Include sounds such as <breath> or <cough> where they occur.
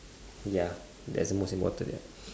ya that's most important ya <breath>